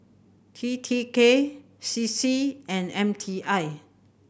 T T K C C and M T I